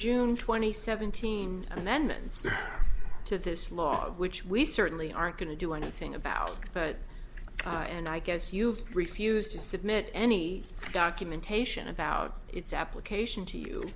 june twenty seventeen amendments to this law which we certainly aren't going to do anything about but and i guess you've refused to submit any documentation about its application to